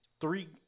three